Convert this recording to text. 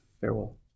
farewell